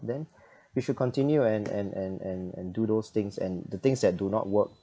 then you should continue and and and and and do those things and the things that do not work